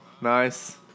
nice